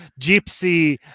gypsy